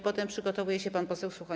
Potem przygotowuje się pan poseł Suchoń.